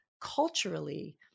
culturally